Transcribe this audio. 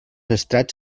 estrats